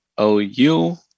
OU